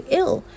ill